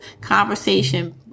conversation